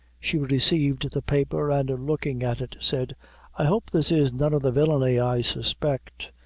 she received the paper, and looking at it, said i hope this is none of the villainy i suspect.